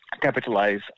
capitalize